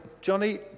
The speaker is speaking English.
Johnny